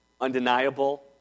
undeniable